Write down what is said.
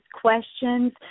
questions